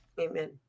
amen